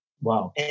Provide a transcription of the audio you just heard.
Wow